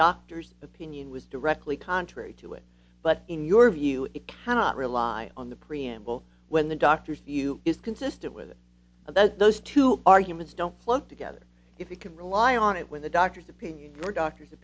doctor's opinion was directly contrary to it but in your view it cannot rely on the preamble when the doctors view is consistent with that those two arguments don't clump together if you can rely on it when the doctor's opinion or doctor's